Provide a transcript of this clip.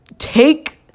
take